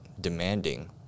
demanding